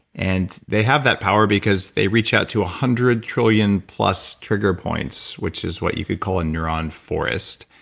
and they have that power because they reach out to one ah hundred trillion plus trigger points, which is what you could call a neuron forest,